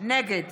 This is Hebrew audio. נגד